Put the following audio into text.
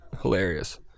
hilarious